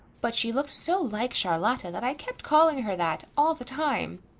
but she looked so like charlotta that i kept calling her that all the time.